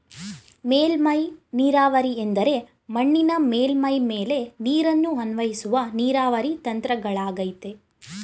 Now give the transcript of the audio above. ಮೇಲ್ಮೈ ನೀರಾವರಿ ಎಂದರೆ ಮಣ್ಣಿನ ಮೇಲ್ಮೈ ಮೇಲೆ ನೀರನ್ನು ಅನ್ವಯಿಸುವ ನೀರಾವರಿ ತಂತ್ರಗಳಗಯ್ತೆ